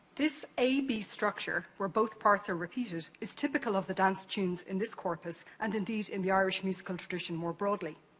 this a b structure, where both parts are repeated is typical of the dance tunes in this corpus, and indeed, in the irish musical tradition, more broadly.